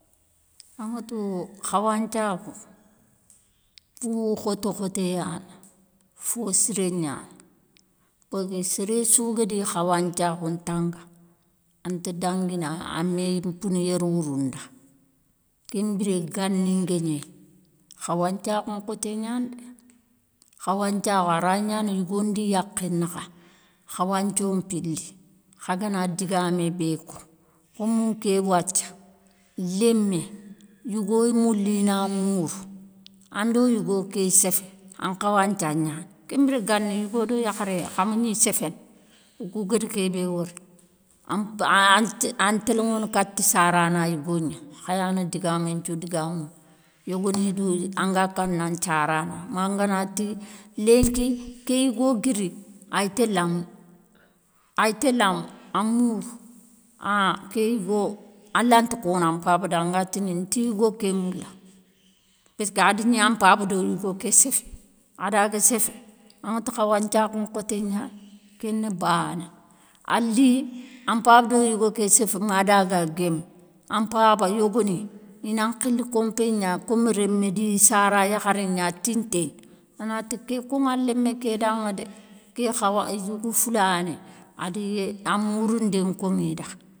Aŋa tou khawanthiakhou, fokhote khotéyana, fo siré gnani, peugué séréssou ga di khawanthiakhou,. ntanga, anta danguini amé yiri mpouné yéréwourou nda. Kén mbiré, gani ngagni khawanthiakhou nkhoté gnani dé, khawanthiakhou aray gnana yigo ndi yakhé nakha, khawanthio mpili, kha gana digamé bé ko, kom nké wathia, lémé, yigoy mouli na mourou ando yigo ké séfé an khawanthia gnani. Kén mbiré gani yigo do yakharé khamagni séféné, okou gari kébé wori, an téléŋono kati sarana yigo gna, khayana digamé nthiou digamounou, yogoni dou anga kana nthiarana manganati linki, ké yigo gui ri ay téla ay télam mourou, an ké yigo alanta kona mpabada anga tini, nti yigo ké moula, passkadigni, an mpaba do yigo ké séfé, adaga séfé, aŋatou khawanthiakhou nkhoté gnani, kéni bané, ali an mpaba do yigo ké séfé madaga guémé, an mpaba yogoni, ina nkhili kompé gna kom rémé di sara yakharé gna tinté, anati ké koŋa lémé ké daŋa dé, ké khawa yougou foulané adi yé an mouroundé koŋi da.